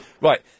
Right